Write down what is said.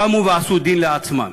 קמו ועשו דין לעצמם.